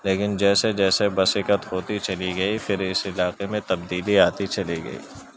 لیکن جیسے جیسے بسیکت ہوتی چلی گئی پھر اس علاقے میں تبدیلی آتی چلی گئی